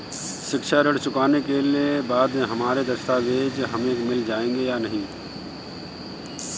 शिक्षा ऋण चुकाने के बाद हमारे दस्तावेज हमें मिल जाएंगे या नहीं?